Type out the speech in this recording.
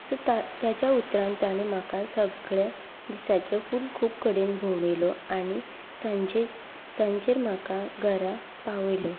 so ताज्या उतरान ताणें म्हाका सगल्या दिसाच्यो फूल खूब कडेन भोंवडायलो आनी सांचेर सांजेर म्हाका घरा पावयलो